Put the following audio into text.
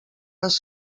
les